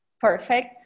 Perfect